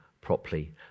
properly